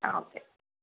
okay